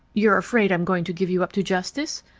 you're afraid i am going to give you up to justice?